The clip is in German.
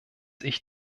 ich